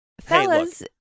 fellas